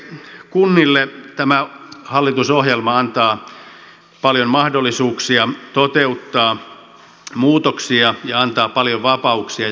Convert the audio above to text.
kunnille tämä hallitusohjelma antaa paljon mahdollisuuksia toteuttaa muutoksia ja antaa paljon vapauksia